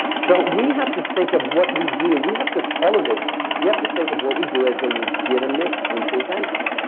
so we have to think of what we do. we have to elevate this. we have to think of what we do as a legitimate intervention.